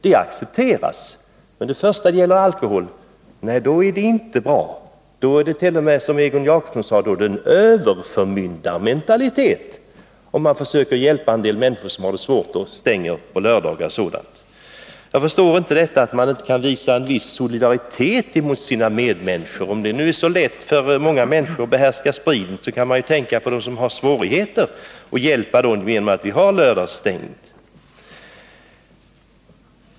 Det accepteras, men när det gäller alkohol är det inte bra med förbud. Då är det, som Egon Jacobsson sade, t.o.m. en överförmyndarmentalitet, om man försöker hjälpa en del människor som har det svårt, t.ex. genom att hålla systembutikerna stängda på lördagar. Jag förstår inte att man inte kan visa en viss solidaritet mot sina medmänniskor. Om det nu är så lätt för många att behärska spriten, kunde man väl tänka på dem som har svårigheter och hjälpa dem genom att ha lördagsstängt.